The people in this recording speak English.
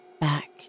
back